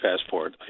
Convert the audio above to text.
passport